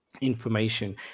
information